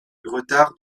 retard